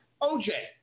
OJ